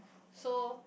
so